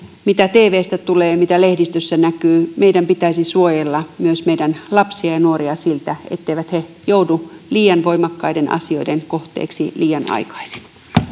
mitä teeveestä tulee mitä lehdistössä näkyy meidän pitäisi suojella meidän lapsia ja nuoria siltä etteivät he joudu liian voimakkaiden asioiden kohteeksi liian aikaisin